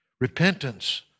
Repentance